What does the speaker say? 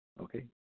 okay